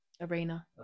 Arena